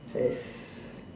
!hais!